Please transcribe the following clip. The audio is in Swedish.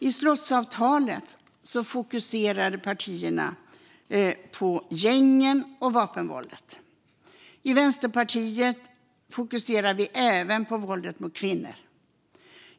I slottsavtalet fokuserar partierna på gängen och vapenvåldet. I Vänsterpartiet fokuserar vi även på våldet mot kvinnor.